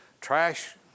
trash